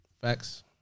Facts